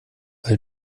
weil